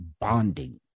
bonding